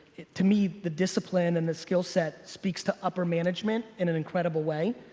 to me the discipline and the skill set speaks to upper management in an incredible way,